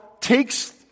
takes